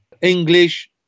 English